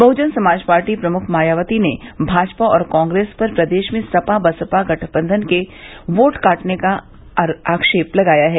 बहुजन Samaj party प्रमुख मायावती ने भाजपा और कांग्रेस पर प्रदेश में सपा बसपा गठबंधन के वोट काटने का आक्षेप लगाया है